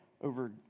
over